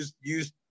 use